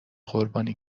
قربانی